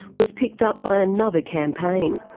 was picked up by another campaign.